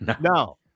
No